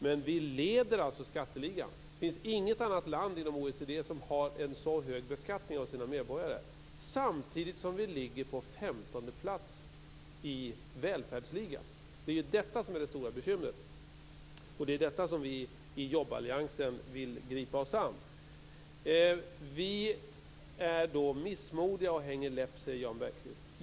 Men vi leder skatteligan. Det finns inget annat land inom OECD som har en så hög beskattning av sina medborgare, samtidigt som vi ligger på femtonde plats i välfärdsligan. Det är ju detta som är det stora bekymret, och det är detta som vi i jobballiansen vill gripa oss an. Vi är missmodiga och hänger läpp, säger Jan Bergqvist.